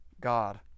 God